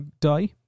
die